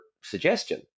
suggestion